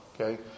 Okay